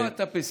למה אתה פסימי?